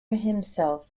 himself